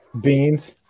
Beans